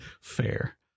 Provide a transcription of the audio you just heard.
Fair